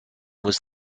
was